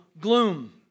gloom